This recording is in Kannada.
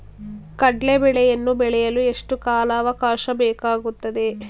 ಕಡ್ಲೆ ಬೇಳೆಯನ್ನು ಬೆಳೆಯಲು ಎಷ್ಟು ಕಾಲಾವಾಕಾಶ ಬೇಕಾಗುತ್ತದೆ?